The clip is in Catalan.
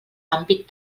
àmbit